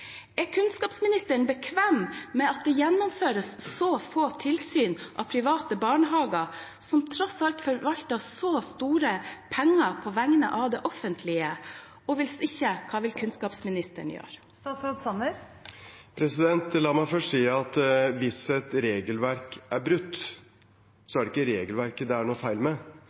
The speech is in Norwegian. Er kunnskapsministeren bekvem med at det gjennomføres så få tilsyn med private barnehager, som tross alt forvalter så store penger på vegne av det offentlige? Hvis ikke – hva vil kunnskapsministeren gjøre? La meg først si at hvis et regelverk er brutt, er det ikke regelverket det er noe feil med